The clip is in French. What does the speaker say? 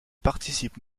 participe